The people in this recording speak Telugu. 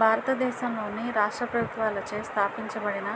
భారతదేశంలోని రాష్ట్ర ప్రభుత్వాలచే స్థాపించబడిన